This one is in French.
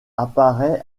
apparaît